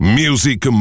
music